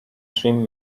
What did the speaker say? trim